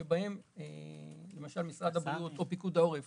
שבהם משרד הבריאות או פיקוד העורף,